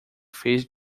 fez